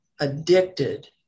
addicted